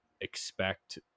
expect